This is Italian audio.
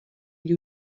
gli